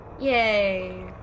Yay